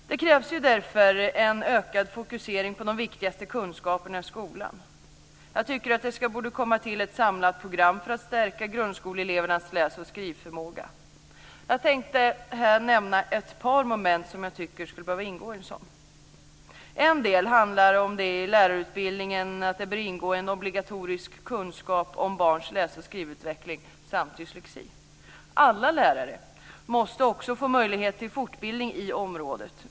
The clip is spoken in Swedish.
Det krävs därför en ökad fokusering på de viktigaste kunskaperna i skolan. Jag tycker att det borde komma till ett samlat program för att stärka grundskoleelevernas läs och skrivförmåga. Jag tänkte här nämna ett par moment som jag tycker skulle behöva ingå i ett sådant. En del handlar om att det i lärarutbildningen bör ingå obligatorisk kunskap om barns läs och skrivutveckling samt dyslexi. Alla lärare måste också få möjlighet till fortbildning på området.